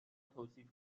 توصیف